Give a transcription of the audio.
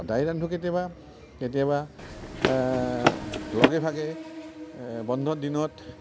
সদায় ৰান্ধোঁ কেতিয়াবা কেতিয়াবা লগে ভাগে বন্ধৰ দিনত